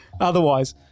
otherwise